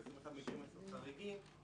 ו-21 במקרים חריגים,